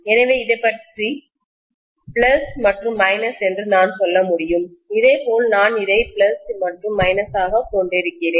எனவே இதைப் பற்றி பிளஸ் மற்றும் மைனஸ் என்று நான் சொல்ல முடியும் இதேபோல் நான் இதை பிளஸ் மற்றும் மைனஸ் ஆகக் கொண்டிருக்கிறேன்